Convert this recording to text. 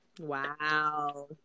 Wow